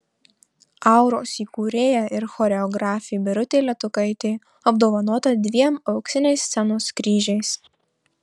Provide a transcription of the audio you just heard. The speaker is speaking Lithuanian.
auros įkūrėja ir choreografė birutė letukaitė apdovanota dviem auksiniais scenos kryžiais